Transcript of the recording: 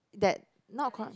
that not